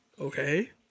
Okay